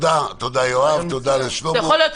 תודה רבה, יואב, תודה לשלמה.